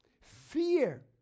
fear